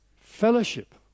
fellowship